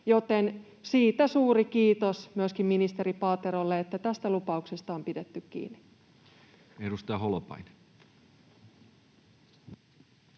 joten siitä suuri kiitos myöskin ministeri Paaterolle, että tästä lupauksesta on pidetty kiinni. [Speech